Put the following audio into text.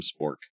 spork